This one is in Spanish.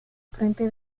frente